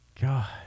god